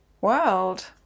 world